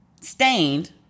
stained